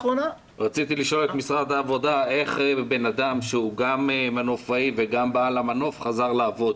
רציתי לשאול איך בן אדם שהוא גם מנופאי וגם בעל המנוף חזר לעבוד?